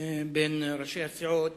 בין ראשי הסיעות